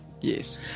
Yes